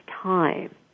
time